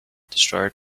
destroyed